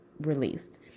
released